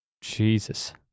Jesus